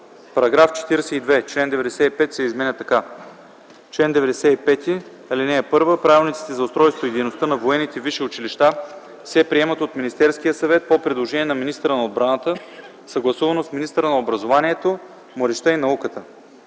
§ 42. Член 95 се изменя така: „Чл. 95. (1) Правилниците за устройството и дейността на висшите военни училища се приемат от Министерския съвет по предложение на министъра на отбраната, съгласувано с министъра на образованието, младежта и науката.